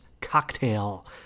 Cocktail